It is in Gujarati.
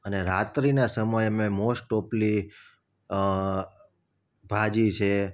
અને રાત્રિના સમયે અમે મોસ્ટઓફલી ભાજી છે